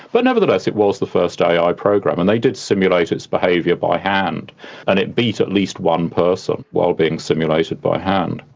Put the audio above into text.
but nevertheless it was the first ai ai program, and they did simulate its behaviour by hand and it beat at least one person while being simulated by hand.